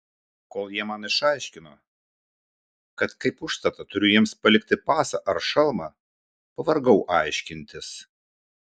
kol jie man išaiškino kad kaip užstatą turiu jiems palikti pasą ar šalmą pavargau aiškintis